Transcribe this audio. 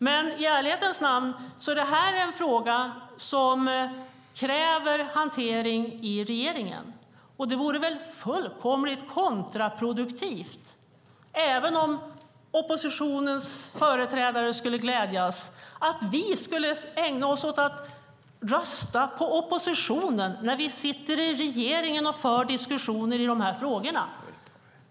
Men i ärlighetens namn är det här en fråga som kräver hantering i regeringen. Det vore väl fullkomligt kontraproduktivt, även om oppositionens företrädare skulle glädjas, om vi skulle ägna oss åt att rösta på oppositionen när vi sitter i regeringen och för diskussioner i de här frågorna.